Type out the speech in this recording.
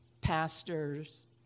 pastor's